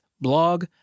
blog